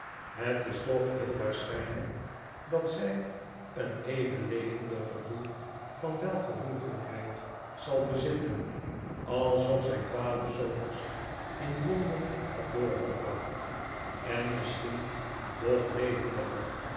het is toch heel waarschijnlijk dat zij een even levendig gevoel van welvoeglijkheid zal bezitten alsof zij twaalf zomers in londen had doorgebracht en misschien nog levendiger